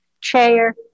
chair